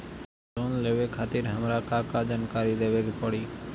Loan लेवे खातिर हमार का का जानकारी देवे के पड़ी?